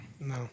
No